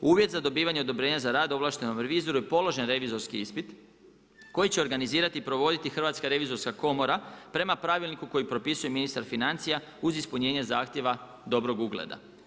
Uvjet za dobivanje odobrenja za rad ovlaštenom revizoru je položen revizorski ispit koji će organizirati i provoditi Hrvatska revizorska komora prema pravilniku koji propisuju ministar financija uz ispunjenje zahtjeva dobrog ugleda.